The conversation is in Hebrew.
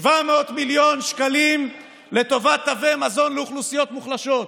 700 מיליון שקלים לטובת תווי מזון לאוכלוסיות מוחלשות,